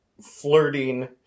flirting